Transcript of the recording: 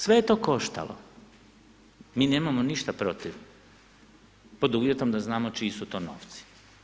Sve je to koštalo, mi nemamo ništa protiv pod uvjetom da znamo čiji su to novci.